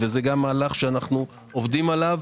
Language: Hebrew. זה גם מהלך שאנו עובדים עליו.